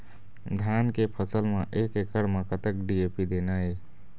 धान के फसल म एक एकड़ म कतक डी.ए.पी देना ये?